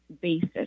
basis